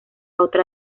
otra